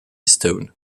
stone